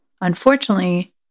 Unfortunately